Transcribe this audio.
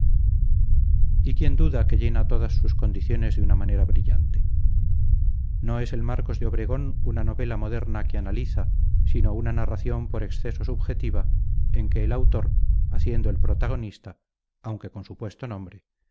y quien duda que llena todas sus condiciones de una manera brillante no es el marcos de obregón una novela moderna que analiza sino una narración por exceso subjetiva en que el autor haciendo el protagonista aunque con supuesto nombre